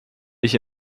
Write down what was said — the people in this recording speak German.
ich